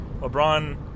LeBron